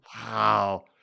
Wow